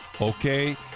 Okay